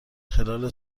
خلال